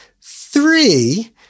Three